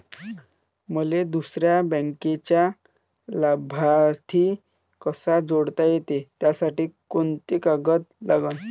मले दुसऱ्या बँकेचा लाभार्थी कसा जोडता येते, त्यासाठी कोंते कागद लागन?